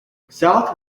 south